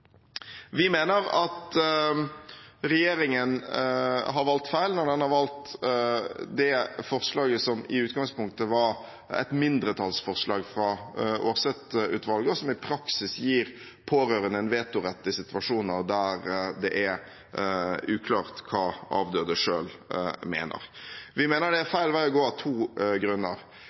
Vi mener at regjeringen har valgt feil når den har valgt det forslaget som i utgangspunktet var et mindretallsforslag fra Aarseth-utvalget, og som i praksis gir pårørende en vetorett i situasjoner der det er uklart hva avdøde selv mente. Vi mener det er feil vei å gå, av to grunner: